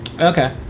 Okay